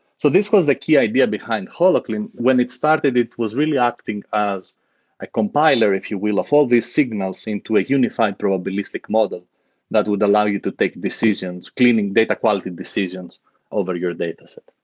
so this was the key idea behind holoclean. when it started, it was really acting as a compiler if you will, of all of these signals into a unified probabilistic model that would allow you to take decisions, cleaning data quality decisions over your dataset.